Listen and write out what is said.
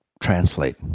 translate